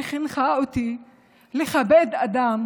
שחינכה אותי לכבד אדם,